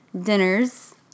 dinners